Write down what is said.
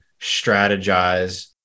strategize